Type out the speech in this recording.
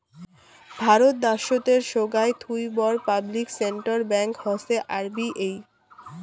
ভারত দ্যাশোতের সোগায় থুই বড় পাবলিক সেক্টর ব্যাঙ্ক হসে আর.বি.এই